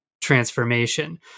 transformation